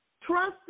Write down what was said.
Trust